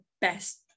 best